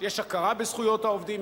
שיש הכרה בזכויות העובדים,